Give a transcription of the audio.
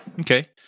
Okay